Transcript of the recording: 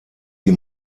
die